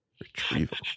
Retrieval